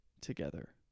together